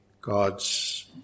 God's